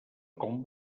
com